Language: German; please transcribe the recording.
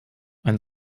ein